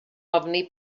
ofni